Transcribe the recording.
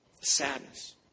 sadness